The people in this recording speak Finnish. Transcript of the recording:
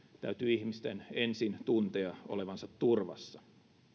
täytyy ihmisten ensin tuntea olevansa turvassa